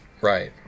Right